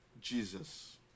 Jesus